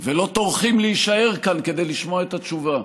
ולא טורחים להישאר כאן כדי לשמוע את התשובה?